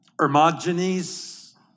Hermogenes